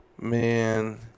man